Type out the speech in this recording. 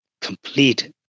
complete